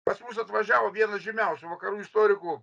pas mus atvažiavo vienas žymiausių vakarų istorikų